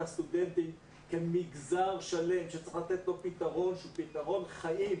הסטודנטים כמגזר שלם שצריך לתת לו פתרון שהוא פתרון חיים,